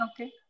Okay